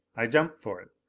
i jumped for it.